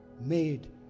made